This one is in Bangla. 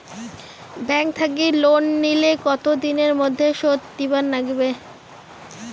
ব্যাংক থাকি লোন নিলে কতো দিনের মধ্যে শোধ দিবার নাগিবে?